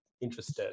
interested